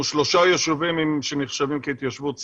שלושה יישובים שנחשבים כהתיישבות צעירה,